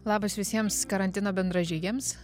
labas visiems karantino bendražygiams